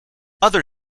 other